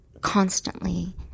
constantly